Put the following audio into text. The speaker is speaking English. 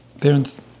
parents